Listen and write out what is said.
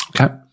Okay